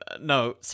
No